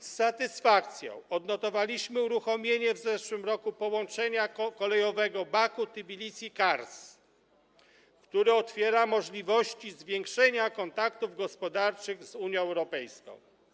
Z satysfakcją odnotowaliśmy uruchomienie w zeszłym roku połączenia kolejowego Baku - Tbilisi - Kars, które otwiera możliwości zwiększenia kontaktów gospodarczych z Unią Europejską.